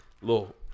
little